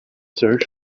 search